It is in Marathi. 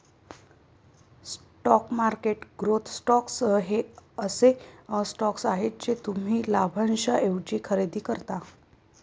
स्टॉक मार्केट ग्रोथ स्टॉक्स हे असे स्टॉक्स आहेत जे तुम्ही लाभांशाऐवजी खरेदी करता